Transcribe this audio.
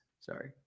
Sorry